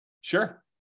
sure